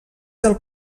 del